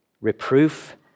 reproof